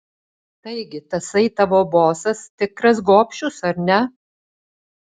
taigi tasai tavo bosas tikras gobšius ar ne